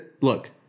Look